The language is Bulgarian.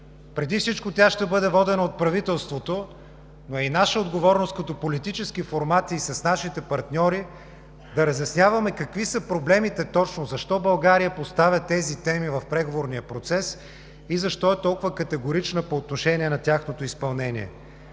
Преди всичко тя ще бъде водена от правителството, но е и наша отговорност като политически формати и с нашите партньори да разясняваме какви точно са проблемите, защо България поставя тези теми в преговорния процес и защо е толкова категорична по отношение на тяхното изпълнение,